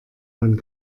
man